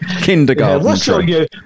kindergarten